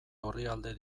orrialde